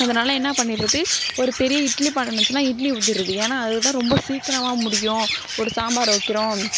அதனால் என்ன பண்ணிடுறது ஒரு பெரிய இட்லி பானை இருந்துச்சுனா இட்லி ஊற்றிர்றது ஏன்னால் அது தான் ரொம்ப சீக்கிரமாக முடியும் ஒரு சாம்பார் வைக்கிறோம்